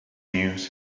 news